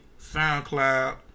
SoundCloud